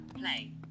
Play